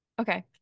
Okay